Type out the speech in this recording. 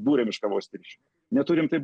buriam iš kavos tirščių neturim taip